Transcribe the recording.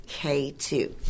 K2